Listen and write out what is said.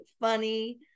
funny